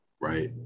right